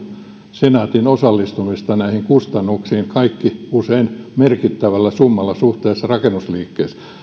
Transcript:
senaatin osallistumista näihin kustannuksiin kaikki usein merkittävällä summalla suhteessa rakennusliikkeeseen